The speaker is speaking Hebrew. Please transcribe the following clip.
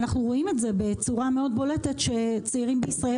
ואנחנו רואים את זה בצורה מאוד בולטת שצעירים בישראל